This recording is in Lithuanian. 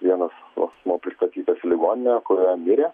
vienas asmuo pristatytas į ligoninę kurioje mirė